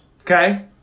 Okay